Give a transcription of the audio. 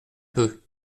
peu